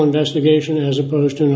investigation as opposed to